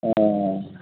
ए